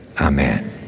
Amen